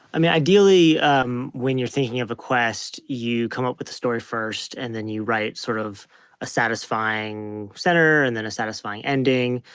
i mean ideally um when you're thinking of a quest you come up with the story first, and then you write sort of a satisfying center and then a satisfying ending,